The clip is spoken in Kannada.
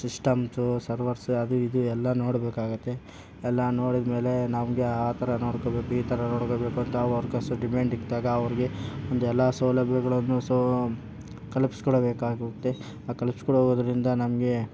ಸಿಸ್ಟಮ್ಸು ಸರ್ವರ್ಸ್ ಅದು ಇದು ಎಲ್ಲ ನೋಡ್ಬೇಕಾಗುತ್ತೆ ಎಲ್ಲ ನೋಡಿದ್ಮೇಲೆ ನಮಗೆ ಆ ಥರ ನೋಡ್ಕೊಳ್ಬೇಕು ಈ ಥರ ನೋಡ್ಕೊಳ್ಬೇಕು ಅಂತ ವರ್ಕರ್ಸ್ ಡಿಮಾಂಡ್ ಇಟ್ಟಾಗ ಅವರಿಗೆ ಒಂದು ಎಲ್ಲ ಸೌಲಭ್ಯಗಳನ್ನೂ ಸಹ ಕಲ್ಪಿಸಿ ಕೊಡಬೇಕಾಗುತ್ತೆ ಆ ಕಲ್ಪಿಸಿ ಕೊಡುವುದರಿಂದ ನಮಗೆ